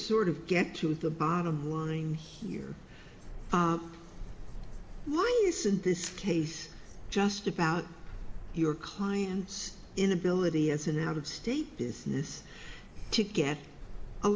sort of get to the bottom line here why isn't this case just about your client's inability as an out of state business to get a